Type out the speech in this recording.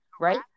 right